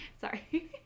Sorry